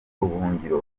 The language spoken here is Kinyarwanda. ubuhungiro